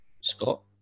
Scott